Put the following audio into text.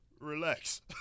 relax